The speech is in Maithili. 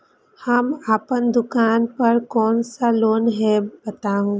हम अपन दुकान पर कोन सा लोन हैं बताबू?